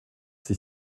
ces